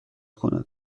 کند